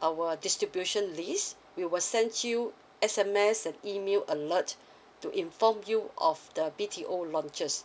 our distribution list we will send you an S_M_S and email alert to inform you of the B_T_O launches